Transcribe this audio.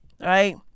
Right